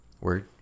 Word